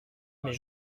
mais